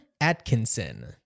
Atkinson